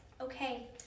Okay